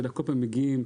כל פעם מגיעים,